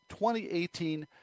2018